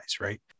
Right